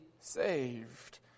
saved